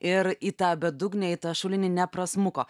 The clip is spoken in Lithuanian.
ir į tą bedugnę į tą šulinį neprasmuko